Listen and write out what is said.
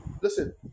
Listen